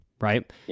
right